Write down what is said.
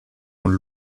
con